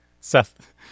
Seth